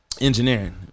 engineering